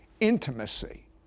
intimacy